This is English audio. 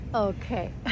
Okay